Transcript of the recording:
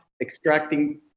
extracting